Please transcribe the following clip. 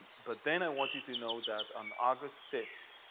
but then i want you to know that on august fifth,